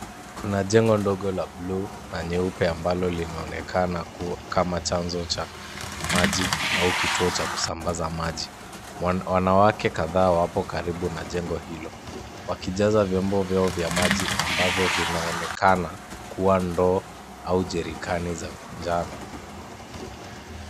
Kuna jengo ndogo la bluu na nyeupe ambalo linaonekana kama chanzo cha maji au kituo cha kusambaza maji, wanawake kadhaa wapo karibu na jengo hilo, wakijaza vyombo vyao vya maji ambavyo vinaonekana kuwa ndoo au jerikani za njano